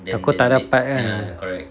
takut tak dapat kan